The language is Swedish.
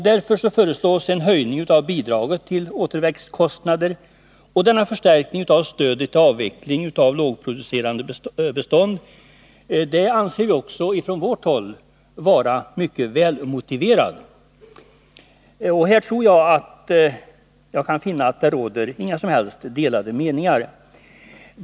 Därför föreslås en höjning av bidraget Nr 29 till återväxtkostnader, och denna förstärkning av stödet till avveckling av lågproducerande bestånd anser vi också från vårt håll vara mycket välmotiverad. Här tror jag mig kunna finna att det inte råder några som helst delade meningar.